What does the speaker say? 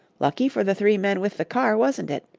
lucky for the three men with the car, wasn't it?